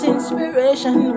Inspiration